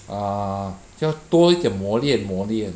ah 要多一点磨练磨练